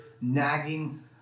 nagging